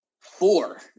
four